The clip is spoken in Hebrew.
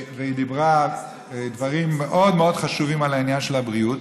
והיא דיברה דברים מאוד מאוד חשובים על העניין של הבריאות,